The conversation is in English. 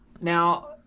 Now